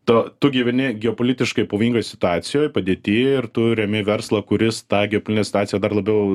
to tu gyveni geopolitiškai pavojingoj situacijoj padėty ir tu remi verslą kuris tą geopolitinę situaciją dar labiau